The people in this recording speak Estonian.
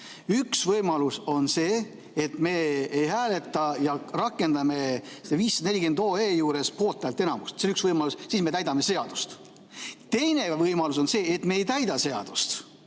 Üks võimalus on see, et me ei hääleta ja rakendame seda 540 OE juures poolthäälte enamust. See on üks võimalus ja siis me täidame seadust. Teine võimalus on see, et me ei täida seadust